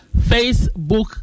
Facebook